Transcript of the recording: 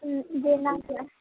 जय माँ के